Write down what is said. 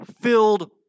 Filled